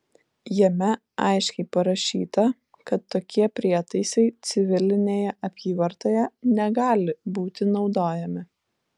jame aiškiai parašyta kad tokie prietaisai civilinėje apyvartoje negali būti naudojami